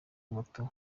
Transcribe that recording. moto